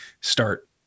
start